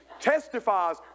testifies